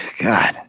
God